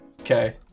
Okay